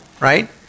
right